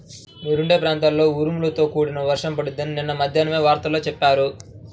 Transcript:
మీరుండే ప్రాంతంలో ఉరుములతో కూడిన వర్షం పడిద్దని నిన్న మద్దేన్నం వార్తల్లో చెప్పారు